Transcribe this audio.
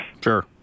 Sure